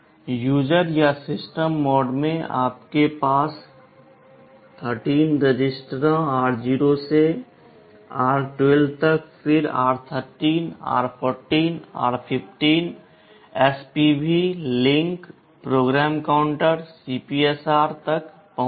user या system mode में आपके पास 13 रजिस्टरों r0 से r12 तक फिर r13 r14 r5 spv link PC CPSR तक पहुंच है